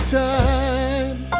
time